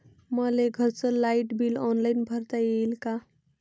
मले घरचं light bill online भरता येईन का?